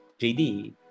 JD